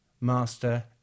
master